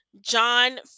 John